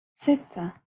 ستة